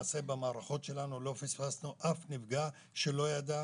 שבמערכות שלנו לא פספסנו אף נפגע שלא ידע,